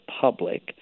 public